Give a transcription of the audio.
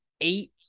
eight